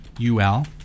ul